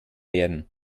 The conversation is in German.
werden